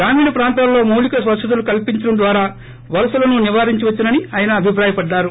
గ్రామీణ ప్రాంతాలలో మౌలిక వసతులు కల్సించడం ద్వారా వలసలను నివారించవచ్చునని ఆయన అభిప్రాయపడ్డారు